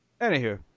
anywho